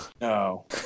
No